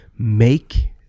Make